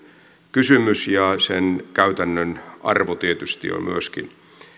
kysymys ja sen käytännön arvo tietysti on myöskin